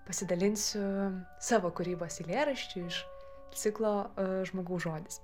pasidalinsiu savo kūrybos eilėraščiu iš ciklo žmogaus žodis